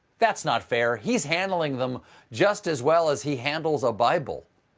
that's not fair. he's handling them just as well as he handles a bible.